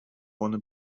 vorne